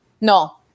No